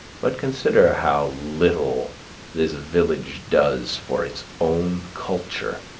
but consider how little this village does for its own culture.